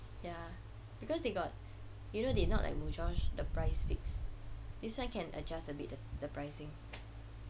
ya because they got you know they not like Mujosh the price fixed this one can adjust a bit the pricing